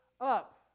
up